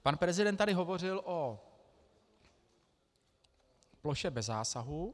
Pan prezident tady hovořil o ploše bez zásahu.